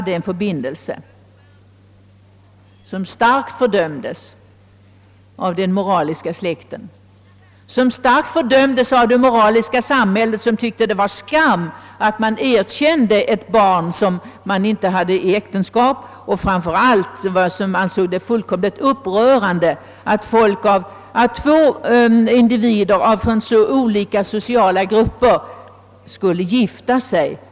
Deras förbindelse fördömdes starkt av den moraliska släkten och av det moraliska samhället, som tyckte att det var skam att man erkände ett barn utom äktenskap och framför allt ansåg det fullkomligt upprörande att två individer från så olika sociala grupper skulle gifta sig.